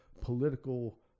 political